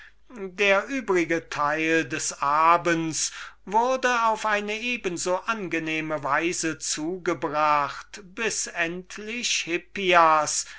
der übrige teil des abends wurde auf eine eben so angenehme weise zugebracht bis endlich hippias